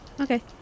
Okay